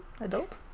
adult